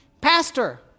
pastor